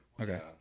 Okay